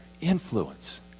Influence